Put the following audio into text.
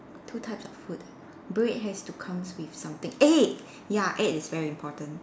two types of food bread has to comes with something egg ya egg is very important